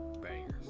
bangers